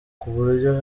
kuburyo